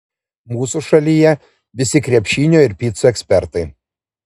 mūsų šalyje visi krepšinio ir picų ekspertai